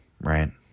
right